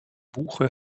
buche